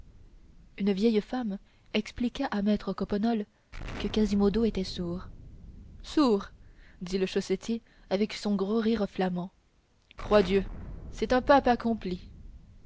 une vieille femme expliqua à maître coppenole que quasimodo était sourd sourd dit le chaussetier avec son gros rire flamand croix dieu c'est un pape accompli